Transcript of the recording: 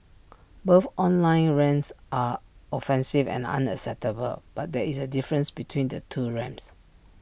both online rants are offensive and unacceptable but there is A difference between the two rants